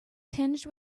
tinged